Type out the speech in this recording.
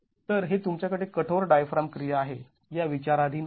तर हे तुमच्याकडे कठोर डायफ्राम क्रिया आहे या विचाराधीन आहे